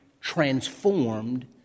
transformed